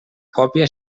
còpia